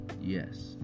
Yes